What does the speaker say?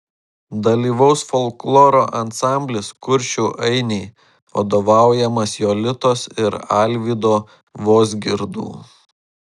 dalyvaus folkloro ansamblis kuršių ainiai vadovaujamas jolitos ir alvydo vozgirdų